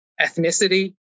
ethnicity